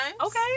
Okay